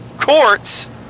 courts